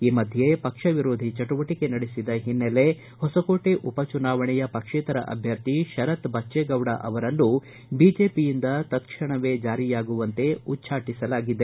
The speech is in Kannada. ಈ ಮಧ್ಯೆ ಪಕ್ಷ ವಿರೋಧಿ ಚಟುವಟಕೆ ನಡೆಸಿದ ಹಿನ್ನೆಲೆ ಹೊಸಕೋಟೆ ಉಪಚುನಾವಣೆಯ ಪಕ್ಷೇತರ ಅಭ್ಯರ್ಥಿ ಶರತ್ ಬಜ್ಜೇಗೌಡ ಅವರನ್ನು ಬಿಜೆಪಿಯಿಂದ ತತ್ ಕ್ಷಣವೇ ಜಾರಿಯಾಗುವಂತೆ ಉಚ್ಛಾಟಸಲಾಗಿದೆ